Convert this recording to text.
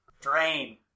Drain